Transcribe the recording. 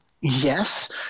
Yes